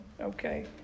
Okay